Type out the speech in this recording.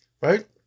right